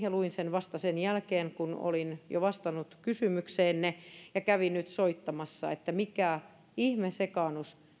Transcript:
ja luin sen vasta sen jälkeen kun olin jo vastannut kysymykseenne ja kävin nyt soittamassa että mikä ihme sekaannus